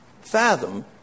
fathom